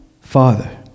Father